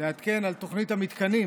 לעדכן על תוכנית המתקנים